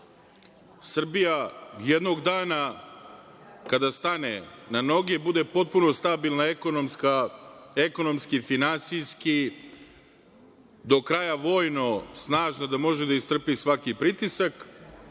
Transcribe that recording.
Srbija jednog dana kada stane na noge i bude potpuno stabilna ekonomski, finansijski do kraja vojno snažno da može da istrpi svaki pritisak,